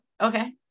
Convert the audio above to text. Okay